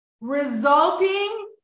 resulting